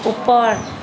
ওপৰ